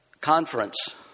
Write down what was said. conference